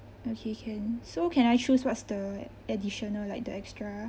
okay can so can I choose what's the additional like the extra